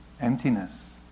emptiness